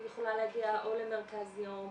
היא יכולה להגיע או למרכז יום או